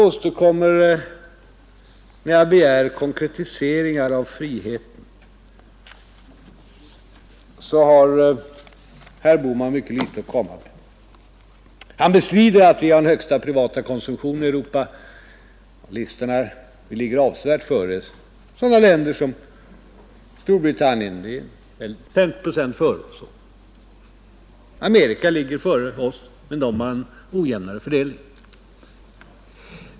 När jag begär konkretiseringar av friheten har herr Bohman mycket litet att komma med. Han bestrider att vi har den högsta privata konsumtionen i Europa. Vi ligger ändå avsevärt före sådana länder som Storbritannien, ungefär femton procent före. Amerika ligger före oss, men där är det en ojämnare fördelning.